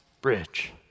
bridge